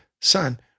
son